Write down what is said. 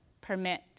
permit